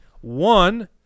one